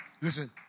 Listen